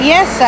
Yes